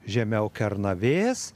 žemiau kernavės